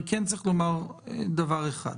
דבר אחד,